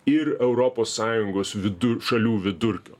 ir europos sąjungos vidu šalių vidurkio